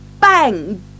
Bang